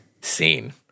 scene